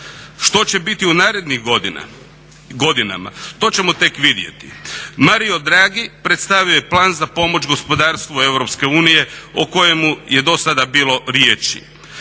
Što će biti u narednim godinama to ćemo tek vidjeti. Mario dragi predstavio je plan za pomoć gospodarstvu Europske unije o kojemu je do sad bilo riječi.